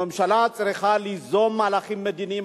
הממשלה צריכה ליזום מהלכים מדיניים,